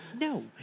no